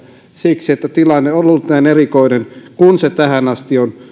siksi että tilanne on ollut näin erikoinen kuin se tähän asti on